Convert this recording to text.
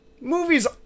movies